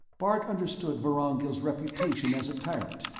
bart understood vorongil's reputation as a tyrant.